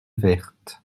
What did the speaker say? verte